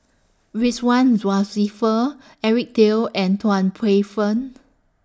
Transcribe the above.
Ridzwan Dzafir Eric Teo and Tan Paey Fern